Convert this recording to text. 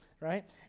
right